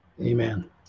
amen